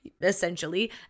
essentially